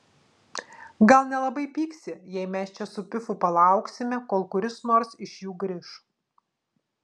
gal nelabai pyksi jei mes čia su pifu palauksime kol kuris nors iš jų grįš